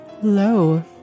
hello